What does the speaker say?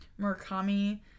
Murakami